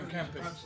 Campus